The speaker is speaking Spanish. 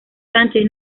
sánchez